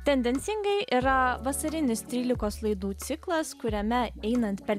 tendencingai yra vasarinis trylikos laidų ciklas kuriame einant per